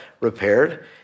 repaired